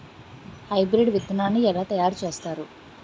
Hybrid విత్తనాన్ని ఏలా తయారు చేస్తారు?